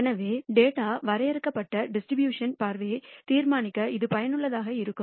எனவே டேட்டா வரையப்பட்ட டிஸ்ட்ரிபியூஷன் பார்வையை தீர்மானிக்க இது பயனுள்ளதாக இருக்கும்